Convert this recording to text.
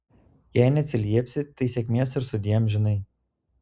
jei neatsiliepsi tai sėkmės ir sudie amžinai